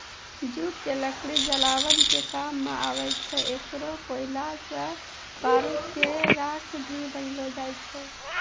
jute के लकड़ी जलावन के काम मॅ आवै छै, एकरो कोयला सॅ बारूद के राख भी बनैलो जाय छै